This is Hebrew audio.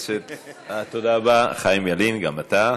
תודה רבה, חיים ילין, גם לך.